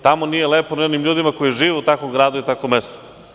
Tamo nije lepo ni onim ljudima koji žive u takvom gradu i takvom mestu.